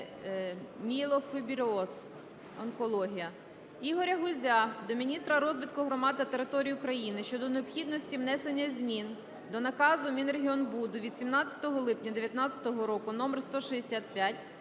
мієлофіброз (онкологія). Ігоря Гузя до міністра розвитку громад та територій України щодо необхідності внесення змін до Наказу Мінрегіонбуду від 17 липня 2019 року № 165,